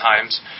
times